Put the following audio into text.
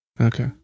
Okay